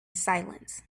silence